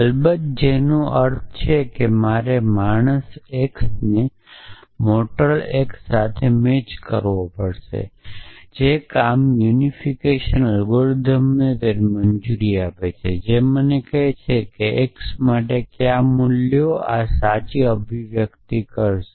અલબત્ત જેનો અર્થ છે મારે આ માણસ x ને મોરટલ X સાથે મેચ કરવો પડશે જે કામ છે યુનિફિકેશન એલ્ગોરિધમતેને મંજૂરી આપશે તે મને કહેશે કે X માટે કયા મૂલ્યો આ સાચા અભિવ્યક્તિઓ કરશે